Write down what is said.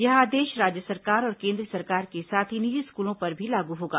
यह आदेश राज्य सरकार और केंद्र सरकार के साथ ही निजी स्कूलों पर भी लागू होगा